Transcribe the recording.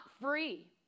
free